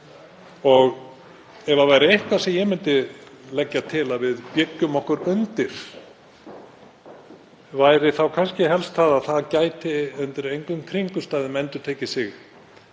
Ef það væri eitthvað sem ég myndi leggja til að við byggðum okkur undir þá væri það helst að það gæti undir engum kringumstæðum endurtekið sig